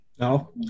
No